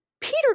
Peter